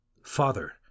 Father